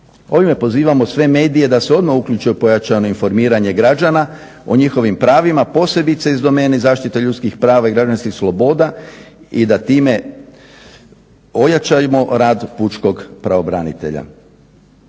Ovime pozivamo sve medije da se odmah uključe u pojačano informiranje građana o njihovih pravima posebice iz domene zaštite ljudskih prava i građanskih sloboda i da time ojačamo rad pučkog pravobranitelja.